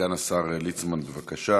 סגן השר ליצמן, בבקשה,